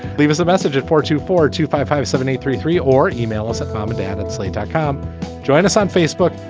leave us a message at four two four two five five seven eight three three or e-mail us at mom and dad at slate dot com join us on facebook.